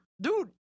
Dude